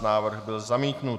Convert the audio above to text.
Návrh byl zamítnut.